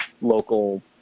local